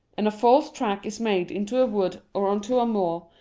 and a false track is made into a wood or on to a moor,